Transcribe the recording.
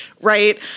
right